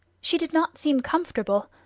she did not seem comfortable,